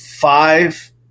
five